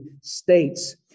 states